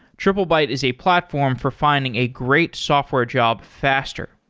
triplebyte is a platform for finding a great software job faster.